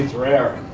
rare?